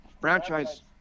franchise